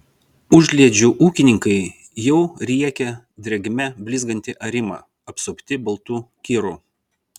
užliedžių ūkininkai jau riekia drėgme blizgantį arimą apsupti baltų kirų